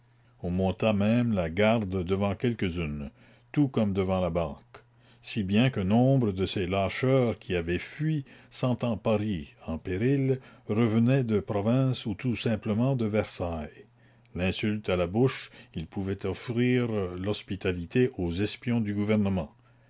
on monta même la garde devant quelques rues tout comme devant la banque si bien que nombre de ces lâcheurs qui avaient fui sentant paris en péril revenaient de province ou tout simplement de versailles l'insulte à la bouche ils pouvaient offrir l'hospitalité aux espions du gouvernement